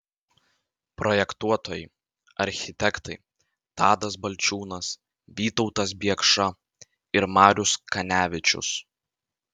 projektuotojai architektai tadas balčiūnas vytautas biekša ir marius kanevičius